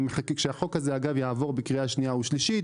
כשהחוק הזה יעבור בקריאה שנייה ושלישית